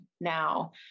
now